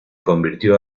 convirtió